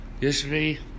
Yesterday